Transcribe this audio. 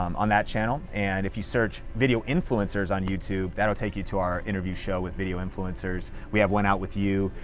um on that channel. and if you search video influencers on youtube, that'll take you to our interview show with video influencers. we have one out with you,